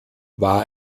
war